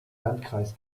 landkreis